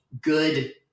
good